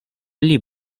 pli